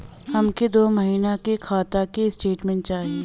हमके दो महीना के खाता के स्टेटमेंट चाही?